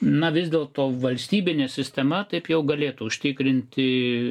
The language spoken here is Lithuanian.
na vis dėlto valstybinė sistema taip jau galėtų užtikrinti